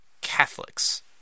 catholics